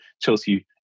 Chelsea